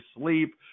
sleep